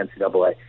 NCAA